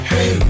Hey